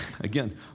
again